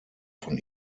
von